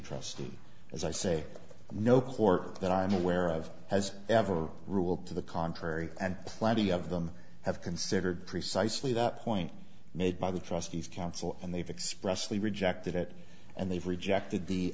trustee as i say no court that i'm aware of has ever ruled to the contrary and plenty of them have considered precisely that point made by the trustees counsel and they've expressed they rejected it and they've rejected the